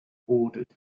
ordered